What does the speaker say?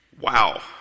wow